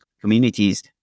communities